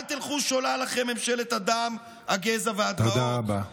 אל תלכו שולל אחרי ממשלת הדם, הגזע והדמעות.